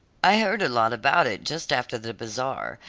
i heard a lot about it just after the bazaar,